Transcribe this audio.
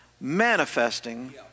manifesting